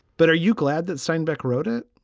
but are you glad that steinbeck wrote it?